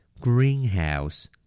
Greenhouse